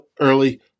early